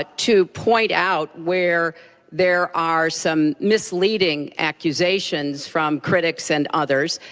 ah to point out where there are some misleading accusations from critics and others.